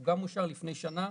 הוא גם אושר לפי שנה.